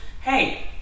hey